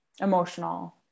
emotional